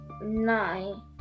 nine